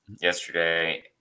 yesterday